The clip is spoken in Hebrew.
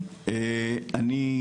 אני,